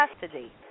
custody